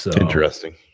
Interesting